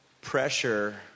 pressure